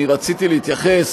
אני רציתי להתייחס,